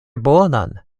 bonan